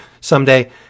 someday